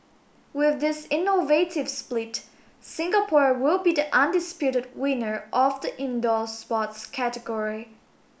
with this innovative split Singapore will be the undisputed winner of the indoor sports category